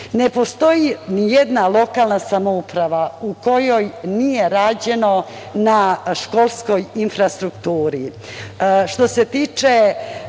postoji nijedna lokalna samouprava u kojoj nije rađeno na školskoj infrastrukturi. Navešću